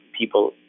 people